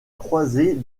croisée